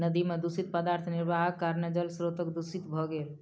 नदी में दूषित पदार्थ निर्वाहक कारणेँ जल स्त्रोत दूषित भ गेल